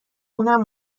اونم